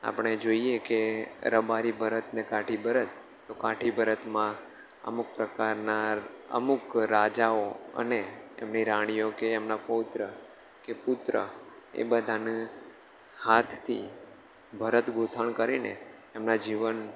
આપણે જોઈએ કે રબારી ભરત ને કાંઠી ભરત તો કાંઠી ભરતમાં અમુક પ્રકારના અમુક રાજાઓ અને એમની રાણીઓ કે એમના પૌત્ર કે પુત્ર એ બધાંને હાથથી ભરતગુંથણ કરીને એમના જીવન